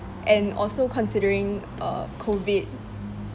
and also considering uh COVID